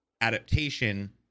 adaptation